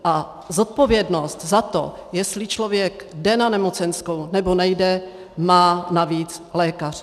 A zodpovědnost za to, jestli člověk jde na nemocenskou, nebo nejde, má navíc lékař.